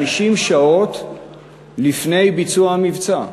50 שעות לפני ביצוע המבצע.